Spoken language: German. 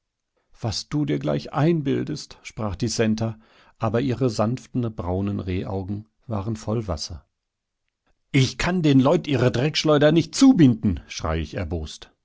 was du dir gleich einbildest sprach die centa aber ihre sanften braunen rehaugen waren voll wasser ich kann den leut ihre dreckschleuder nicht zubinden schrei ich erbost